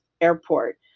Airport